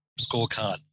scorecard